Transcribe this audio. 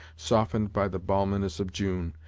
softened by the balminess of june,